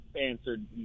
answered